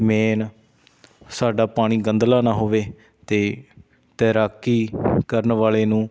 main ਸਾਡਾ ਪਾਣੀ ਗੰਦਲਾ ਨਾ ਹੋਵੇ ਅਤੇ ਤੈਰਾਕੀ ਕਰਨ ਵਾਲੇ ਨੂੰ